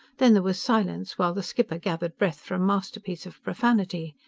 then there was silence while the skipper gathered breath for a masterpiece of profanity.